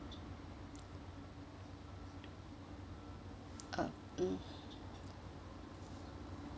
uh mm